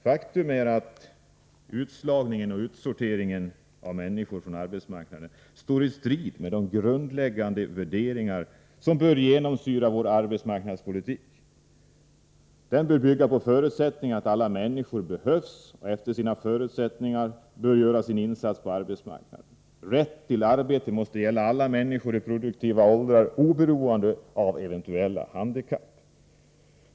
Faktum är att utslagningen och utsorteringen av människor från arbetsmarknaden står i strid med de grundläggande värderingar som bör genomsyra vår arbetsmarknadspolitik. Den bör bygga på förutsättningen att alla människor behövs och efter sina förutsättningar bör göra sin insats i arbetslivet. Rätten till arbete måste gälla alla människor i produktiva åldrar och oberoende av eventuella handikapp.